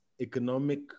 economic